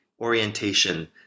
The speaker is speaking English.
orientation